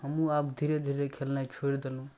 हमहूँ आब धीरे धीरे खेलनाइ छोड़ि देलहुँ